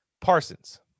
Parsons